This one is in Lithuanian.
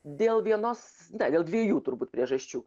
dėl vienos dėl dviejų turbūt priežasčių